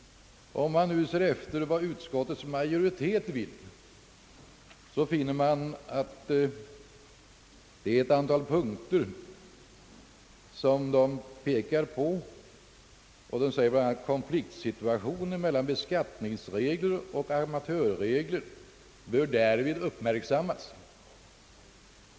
Om man ser efter vad utskottets majoritet vill, finner man, att det pekar på ett antal punkter och bl.a. säger: »Konfliktsituationen mellan <beskattningsregler och amatörregler bör därvid uppmärksammas».